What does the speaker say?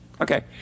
Okay